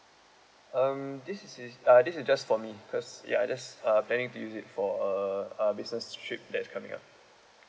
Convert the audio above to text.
um this is uh this is just for me because ya I just uh planning to use it for uh a business trip that is coming up